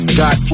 got